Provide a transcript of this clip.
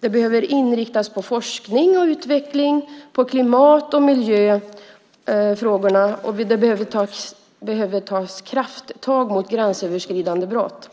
De behöver i stället inriktas på forskning och utveckling och på klimat och miljöfrågorna. Krafttag måste tas mot gränsöverskridande brott.